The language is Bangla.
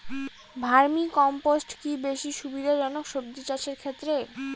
ভার্মি কম্পোষ্ট কি বেশী সুবিধা জনক সবজি চাষের ক্ষেত্রে?